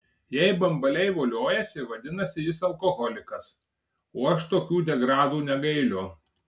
jei bambaliai voliojasi vadinasi jis alkoholikas o aš tokių degradų negailiu